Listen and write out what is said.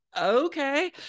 okay